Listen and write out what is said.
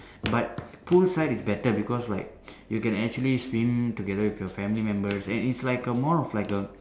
but poolside is better because like you can actually swim together with your family members and it's like a more of like a